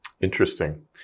Interesting